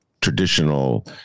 traditional